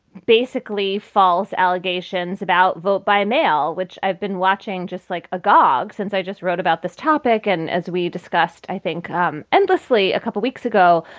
basically false allegations about vote by mail, which i've been watching just like agog since i just wrote about this topic. and as we discussed, i think um endlessly a couple weeks ago,